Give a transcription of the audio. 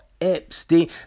Epstein